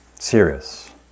serious